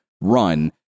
run